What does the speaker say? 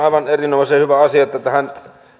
aivan erinomaisen hyvä asia että tähän